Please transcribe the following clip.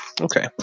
Okay